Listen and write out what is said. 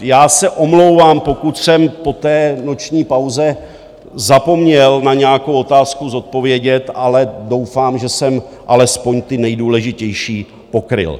Já se omlouvám, pokud jsem po té noční pauze zapomněl na nějakou otázku zodpovědět, ale doufám, že jsem alespoň ty nejdůležitější pokryl.